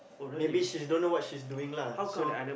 maybe she don't know what she's doing lah so